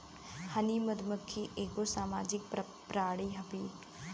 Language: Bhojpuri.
हनी मधुमक्खी एगो सामाजिक प्राणी हउवे